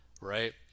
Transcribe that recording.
right